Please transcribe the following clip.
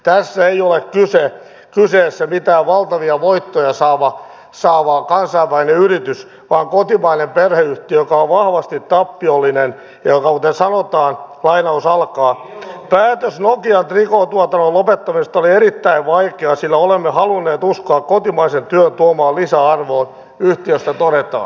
tässä ei ole kyseessä mikään valtavia voittoja saava kansainvälinen yritys vaan kotimainen perheyhtiö joka on vahvasti tappiollinen ja jolle päätös nokian trikootuotannon lopettamisesta oli erittäin vaikea sillä olemme halunneet uskoa kotimaisen työn tuomaan lisäarvoon yhtiöstä todetaan